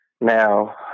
Now